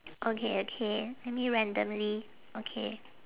okay okay let me randomly okay